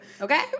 Okay